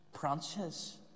branches